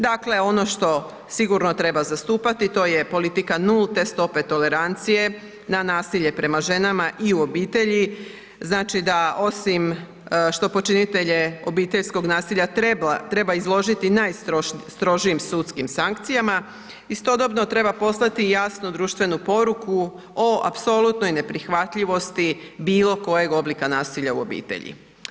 Dakle ono što sigurno treba zastupati to je politika nulte stope tolerancije na nasilje prema ženama i u obitelji, znači da osim što počinitelje obiteljskog nasilja treba izložiti najstrožim sudskim sankcijama, istodobno treba poslati jasnu društvenu poruku o apsolutnoj neprihvatljivosti bilokojeg oblika nasilja u obitelji.